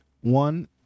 one